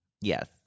Yes